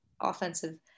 offensive